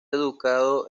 educado